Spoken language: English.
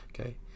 Okay